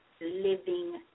living